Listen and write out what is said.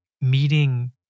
meeting